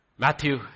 Matthew